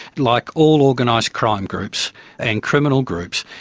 like all organised crime groups and criminal groups,